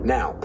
Now